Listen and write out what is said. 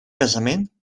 casament